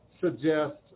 suggest